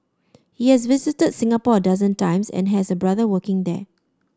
he has visited Singapore a dozen times and has a brother working there